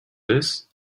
this